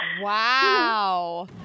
wow